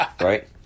Right